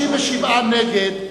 57 נגד,